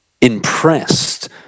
impressed